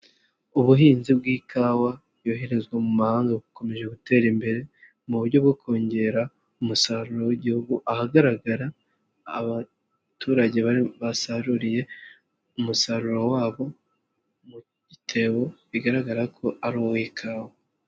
Ubuhinzi bw'ikawa yoherezwa mu mahanga bukomeje gutera imbere mu buryo bwo kongera umusaruro w'Igihugu, ahagaragara abaturage basaruriye umusaruro wabo mu gitebo bigaragara ko ari uw'ikawa.